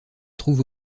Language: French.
trouve